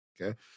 Okay